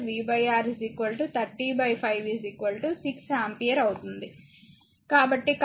కాబట్టి conductance G 1 R